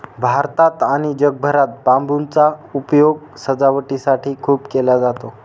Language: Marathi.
भारतात आणि जगभरात बांबूचा उपयोग सजावटीसाठी खूप केला जातो